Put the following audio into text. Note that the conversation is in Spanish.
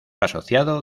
asociado